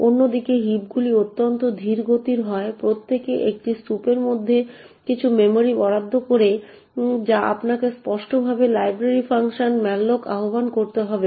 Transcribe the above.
অন্যদিকে হিপগুলি অত্যন্ত ধীর গতির হয় প্রত্যেকে একটি স্তুপের মধ্যে কিছু মেমরি বরাদ্দ করে যা আপনাকে স্পষ্টভাবে লাইব্রেরি ফাংশন malloc আহ্বান করতে হবে